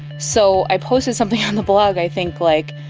so i posted something on the blog, i think like,